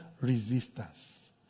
resistance